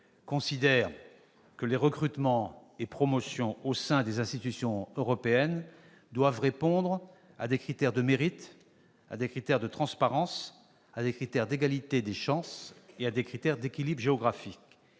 considère que les recrutements et promotions au sein des institutions européennes doivent répondre à des critères de mérite, de transparence, d'égalité des chances et d'équilibre géographique.